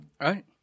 right